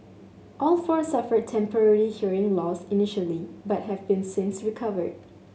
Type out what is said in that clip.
all four suffered temporary hearing loss initially but have been since recovered